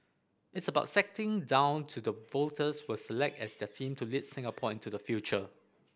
it's about setting down to the voters will select as their team to lead Singapore into the future